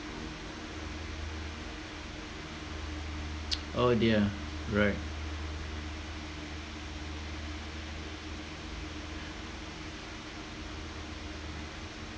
oh dear right